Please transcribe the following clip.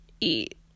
eat